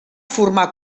formar